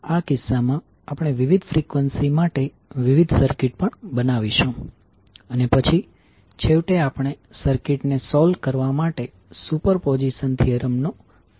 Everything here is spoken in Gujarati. આ કિસ્સામાં આપણે વિવિધ ફ્રીક્વન્સી માટે વિવિધ સર્કિટ પણ બનાવીશું અને પછી છેવટે આપણે સર્કિટને સોલ્વ કરવા માટે સુપરપોઝિશન થીયરમ નો ઉપયોગ કરીશું